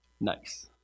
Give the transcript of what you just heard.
nice